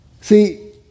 See